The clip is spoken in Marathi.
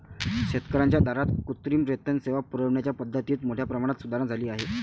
शेतकर्यांच्या दारात कृत्रिम रेतन सेवा पुरविण्याच्या पद्धतीत मोठ्या प्रमाणात सुधारणा झाली आहे